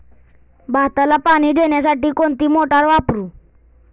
भाताला पाणी देण्यासाठी कोणती मोटार वापरू?